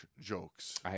jokes